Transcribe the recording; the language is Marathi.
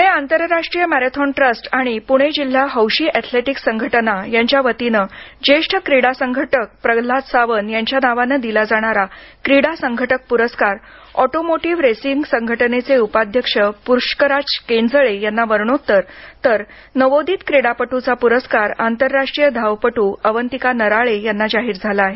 पूणे आंतरराष्ट्रीय मॅरेथॉन ट्रस्ट आणि पूणे जिल्हा हौशी एथलेटिक्स संघटना यांच्यावतीने ज्येष्ठ क्रीडा संघटक प्रल्हाद सावंत यांच्या नावाने दिला जाणारा क्रीडा संघटक पुरस्कार ऑटोमोटिव्ह रेसिंग संघटनेचे उपाध्यक्ष पुष्कराज केंजळे यांना मरणोत्तर तर नवोदित क्रीडापटू चा पुरस्कार आंतरराष्ट्रीय धावपटू अवंतिका नराळे यांना जाहीर झाला आहे